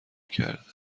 کرده